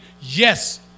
Yes